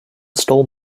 stole